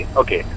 okay